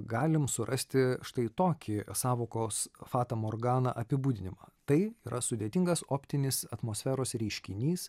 galim surasti štai tokį sąvokos fata morgana apibūdinimą tai yra sudėtingas optinis atmosferos reiškinys